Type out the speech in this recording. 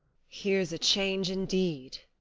here's a change indeed!